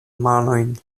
manojn